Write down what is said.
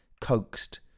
coaxed